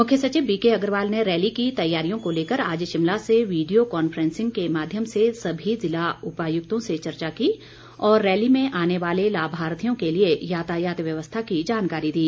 मुख्य सचिव बीकेअग्रवाल ने रैली की तैयारियों को लेकर आज शिमला से वीडियो कॉन्फ्रेंसिंग के माध्यम से सभी जिला उपायुक्तों से चर्चा की और रैली में आने वाले लाभार्थियों के लिए यातायात व्यवस्था की जानकारी दी